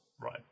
Right